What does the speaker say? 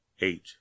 eight